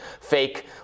fake